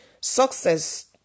Success